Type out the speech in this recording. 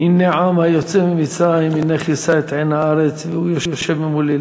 "הנה עם יצא ממצרים הנה כִּסה את עין הארץ והוא יושב ממֻלי.